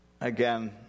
Again